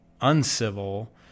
uncivil